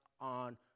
on